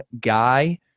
guy